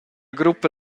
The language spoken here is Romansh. gruppa